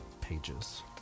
pages